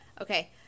Okay